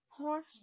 horse